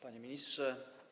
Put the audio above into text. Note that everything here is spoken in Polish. Panie Ministrze!